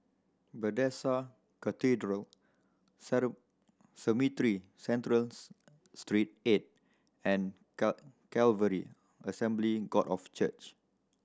Bethesda Cathedral Cemetry Centrals Street Eight and Calvary Assembly God of Church